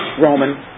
Roman